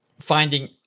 finding